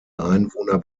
einwohner